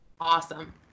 Awesome